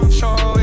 show